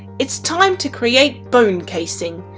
it's time to create bone casing!